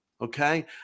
Okay